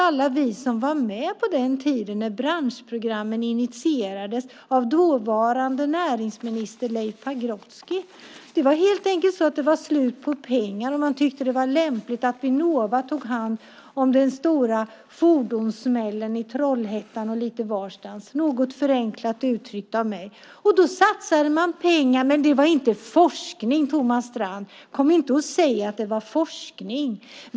Alla vi som var med på den tiden när branschprogrammen initierades av dåvarande näringsminister Leif Pagrotsky vet att det helt enkelt var slut på pengar, och man tyckte att det var lämpligt att Vinnova tog hand om den stora fordonssmällen i Trollhättan och lite varstans. Det är något förenklat uttryckt av mig. Då satsade man pengar, men det var inte forskning, Thomas Strand. Kom inte och säg att det var forskning.